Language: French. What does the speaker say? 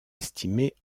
estimée